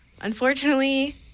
unfortunately